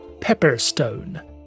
Pepperstone